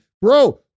bro